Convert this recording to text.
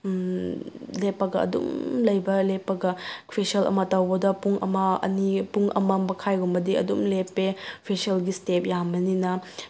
ꯎꯝ ꯂꯦꯞꯄꯒ ꯑꯗꯨꯝ ꯂꯩꯕ ꯂꯦꯞꯄꯒ ꯐꯦꯁꯤꯌꯦꯜ ꯑꯃ ꯇꯧꯕꯗ ꯄꯨꯡ ꯑꯃ ꯑꯅꯤ ꯄꯨꯡ ꯑꯃ ꯃꯈꯥꯏꯒꯨꯝꯕꯗꯤ ꯑꯗꯨꯝ ꯂꯦꯞꯄꯦ ꯐꯦꯁꯤꯌꯦꯜꯒꯤ ꯏꯁꯇꯦꯞ ꯌꯥꯝꯕꯅꯤꯅ